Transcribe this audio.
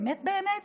באמת באמת